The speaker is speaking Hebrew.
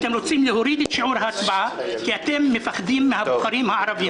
אתם רוצים להוריד את שיעור ההצבעה כי אתם חוששים מהכפרים הערביים.